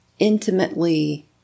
intimately